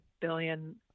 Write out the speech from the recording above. billion